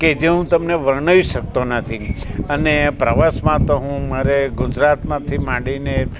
કે જે હું તમને વર્ણવી શકતો નથી અને પ્રવાસમાં તો હું મારે ગુજરાતમાંથી માંડીને